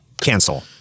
Cancel